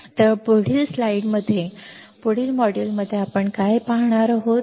तर पुढील स्लाइड्समध्ये पुढील मॉड्यूलमध्ये आपण काय पाहणार आहोत